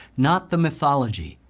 not the mythology,